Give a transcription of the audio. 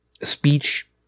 speech